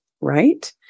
right